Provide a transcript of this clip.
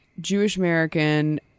Jewish-American